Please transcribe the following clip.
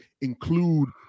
include